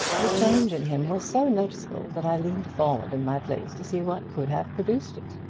the change in him was so noticeable that i leaned forward in my place to see what could have produced it.